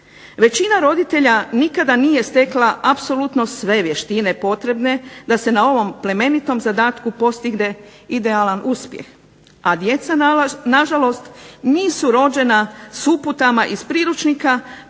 Većina roditelja nikada nije stekla apsolutno sve vještine potrebne da se na ovom plemenitom zadatku postigne idealan uspjeh,a djeca na žalost nisu rođena s uputama iz priručnika,